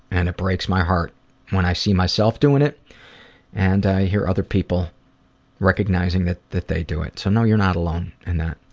and it breaks my heart when i see myself doing it and i hear other people recognizing that that they do it. so know that you are not alone in that.